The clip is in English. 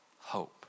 hope